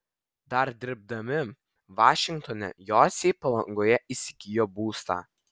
dar dirbdami vašingtone jociai palangoje įsigijo būstą